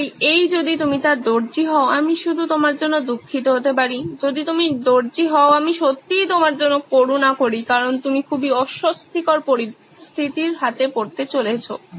তাই এই যদি তুমি তার দর্জি হও আমি শুধু তোমার জন্য দুঃখিত হতে পারি যদি তুমি দর্জি হও আমি সত্যিই তোমার জন্য করুনা করি কারণ তুমি খুবই অস্বস্তিকর পরিস্থিতির হাতে পড়তে চলেছো